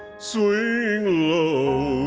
swing low,